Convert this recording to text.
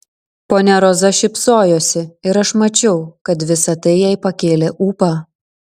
ponia roza šypsojosi ir aš mačiau kad visa tai jai pakėlė ūpą